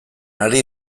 ari